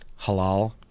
halal